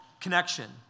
connection